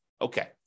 okay